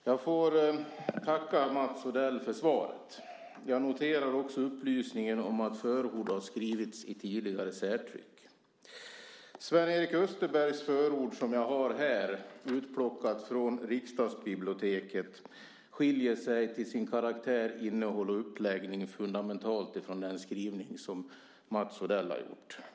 Herr talman! Jag får tacka Mats Odell för svaret. Jag noterar också upplysningen om att förord har skrivits i tidigare särtryck. Sven-Erik Österbergs förord, som jag har här utplockat från Riksdagsbiblioteket, skiljer sig till sin karaktär, innehåll och uppläggning fundamentalt från den skrivning som Mats Odell har gjort.